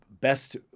best